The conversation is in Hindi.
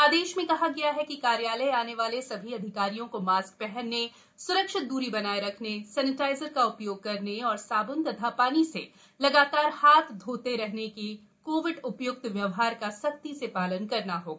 आदेश में कहा गया है कि कार्यालय आने वाले सभी अधिकारियों को मास्क हनने सुरक्षित दूरी बनाए रखने सैनिटाइजर का उ योग करने और साबुन तथा ानी से लगातार हाथ धोने सहित कोविड उ य्क्त व्यवहार का सख्ती से ालन करना चाहिए